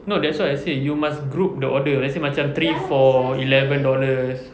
no that's why I say you must group the order let's say macam three for eleven dollars